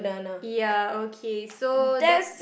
ya okay so that's